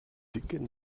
dicken